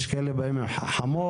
יש כאלה שבאים על חמור,